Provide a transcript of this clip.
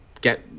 Get